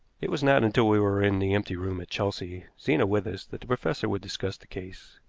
it was not until we were in the empty room at chelsea, zena with us, that the professor would discuss the case.